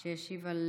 אלון שוסטר להשיב על